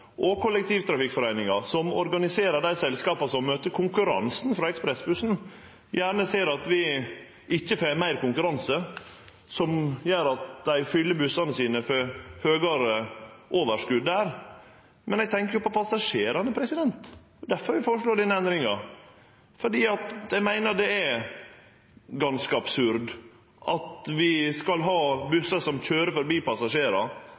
og Kollektivtrafikkforeningen, som organiserer dei selskapa som møter konkurransen frå ekspressbussen, gjerne ser at vi ikkje får meir konkurranse som gjer at dei andre fyller bussane sine og får høgare overskot, men eg tenkjer på passasjerane. Det er difor eg føreslår denne endringa. Eg meiner det er ganske absurd at vi skal ha bussar som køyrer forbi